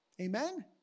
Amen